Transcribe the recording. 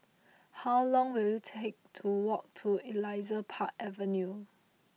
how long will it take to walk to Elias Park Avenue